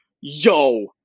yo